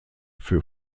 für